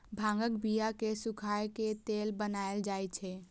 भांगक बिया कें सुखाए के तेल बनाएल जाइ छै